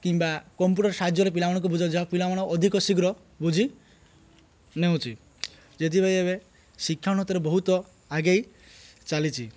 କିମ୍ବା କମ୍ପ୍ୟୁଟର ସାହାଯ୍ୟରେ ପିଲାମାନଙ୍କୁ ବୁଝା ଯାଏ ପିଲାମାନେ ଅଧିକ ଶୀଘ୍ର ବୁଝି ନେଉଛି ସେଥିପାଇଁ ଏବେ ଶିକ୍ଷଣରେ ବହୁତ ଆଗେଇ ଚାଲିଛି